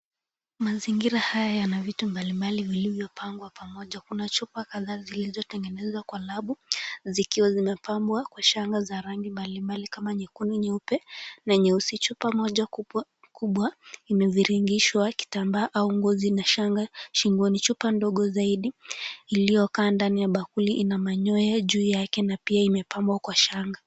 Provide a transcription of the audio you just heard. Mazingira haya yana vitu mbalimbali vilivyopangwa pamoja. Kuna chupa zilizo tengenezwa kwa labu zikiwa zimepambwa kwa shanga za rangi mbalimbali kama nyekundu, nyeupe na nyeusi. Chupa moja kubwa imeviringishwa kitambaa au nguo zina shanga shingoni. Chupa ndogo zaidi iliyokaa ndani ya bakuli ina manyoya juu yake na pia imepambwa kwa shanga.